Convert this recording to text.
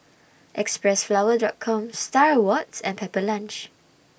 Xpressflower Drug Com STAR Awards and Pepper Lunch